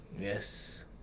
Yes